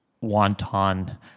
wanton